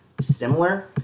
similar